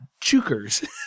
Chukers